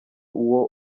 uwo